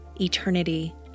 eternity